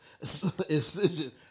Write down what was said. incision